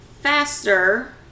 faster